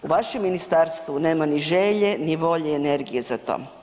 U vašem ministarstvu nema ni želje, ni volje, ni energije za to.